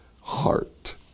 heart